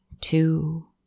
two